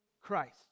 Christ